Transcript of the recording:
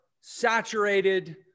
saturated